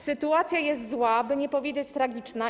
Sytuacja jest zła, by nie powiedzieć: tragiczna.